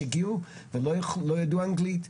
שהגיעו ולא ידעו אנגלית,